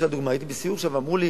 לדוגמה, הייתי בסיור עכשיו ואמרו לי